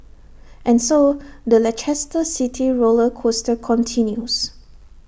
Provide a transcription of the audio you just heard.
and so the Leicester city roller coaster continues